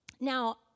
Now